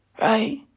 right